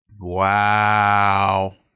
Wow